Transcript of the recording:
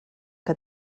que